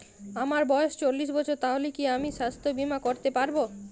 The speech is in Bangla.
আমার বয়স চল্লিশ বছর তাহলে কি আমি সাস্থ্য বীমা করতে পারবো?